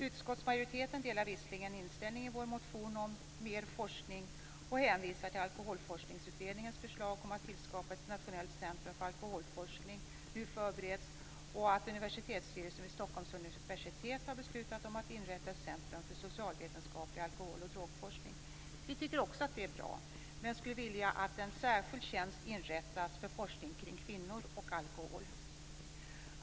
Utskottsmajoriteten delar visserligen inställningen i vår motion om mer forskning och hänvisar till Alkoholforskningsutredningens förslag om att tillskapa ett nationellt centrum för alkoholforskning, vilket nu förbereds. Universitetsstyrelsen vid Stockholms universitet har beslutat att inrätta ett centrum för socialvetenskaplig alkohol och drogforskning. Vi tycker också att detta är bra men skulle vilja att en särskild tjänst inrättades för forskning kring kvinnor och alkohol.